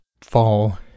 fall